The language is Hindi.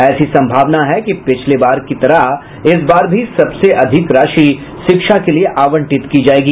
ऐसी सम्भावना है कि पिछले बार की तरह इस बार भी सबसे अधिक राशि शिक्षा के लिए आवंटित की जायेगी